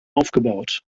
aufgebaut